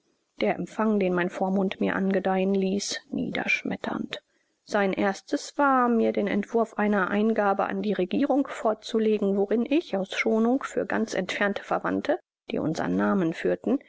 der empfang den mein vormund mir angedeihen ließ niederschmetternd sein erstes war mir den entwurf einer eingabe an die regierung vorzulegen worin ich aus schonung für ganz entfernte verwandte die unsern namen führten